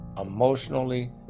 emotionally